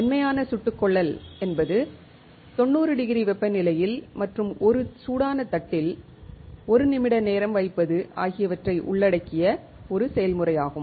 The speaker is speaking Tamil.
மென்மையான சுட்டுக்கொள்ளல் என்பது தொண்ணூறு டிகிரி வெப்பநிலையில் மற்றும் ஒரு சூடான தட்டில் ஒரு நிமிட நேரம் வைப்பது ஆகியவற்றை உள்ளடக்கிய ஒரு செயல்முறையாகும்